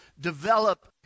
Develop